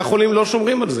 בתי-החולים לא שומרים על זה.